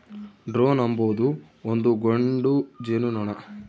drone ಅಂಬೊದು ಒಂದು ಗಂಡು ಜೇನುನೊಣ